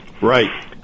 Right